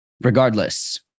regardless